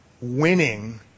winning